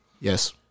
Yes